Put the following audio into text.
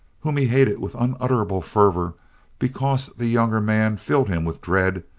whom he hated with unutterable fervor because the younger man filled him with dread,